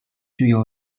具有